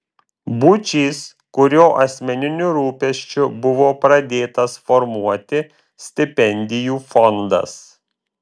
būčys kurio asmeniniu rūpesčiu buvo pradėtas formuoti stipendijų fondas